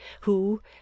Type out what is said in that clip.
who